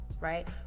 right